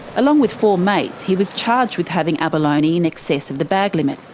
along with four mates, he was charged with having abalone in excess of the bag limit.